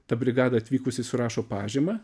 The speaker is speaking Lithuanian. ta brigada atvykusi surašo pažymą